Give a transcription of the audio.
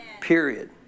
Period